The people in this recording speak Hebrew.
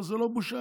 זו לא בושה.